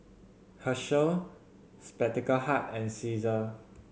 Herschel Spectacle Hut and Cesar